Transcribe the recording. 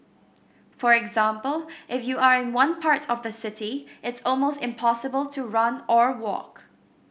for example if you are in one part of the city it's almost impossible to run or walk